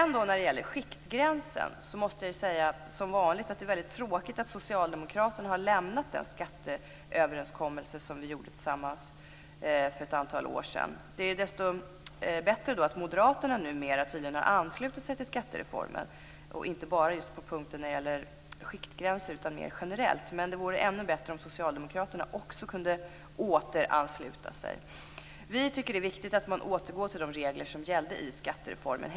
När det gäller skiktgränsen måste jag som vanligt säga att det är mycket tråkigt att socialdemokraterna har lämnat den skatteöverenskommelse som vi gjorde tillsammans för ett antal år sedan. Det är desto bättre att moderaterna numera tydligen har anslutit sig till skattereformen, inte enbart just på punkten skiktgränser utan mer generellt. Men det vore ännu bättre om socialdemokraterna också kunde återansluta sig. Vi tycker att det är viktigt att man återgår till de regler som gällde i skattereformen.